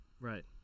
Right